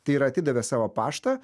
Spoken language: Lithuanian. tai yra atidavė savo paštą